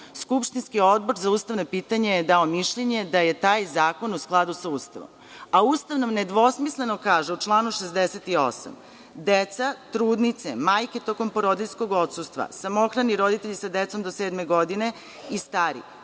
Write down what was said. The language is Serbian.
Skupštinski Odbor za ustavna pitanja je dao mišljenje da je taj zakon u skladu sa Ustavom, a Ustav nam nedvosmisleno kaže u članu 68. – deca, trudnice, majke tokom porodiljskog odsustva, samohrani roditelji sa decom do sedme godine i stari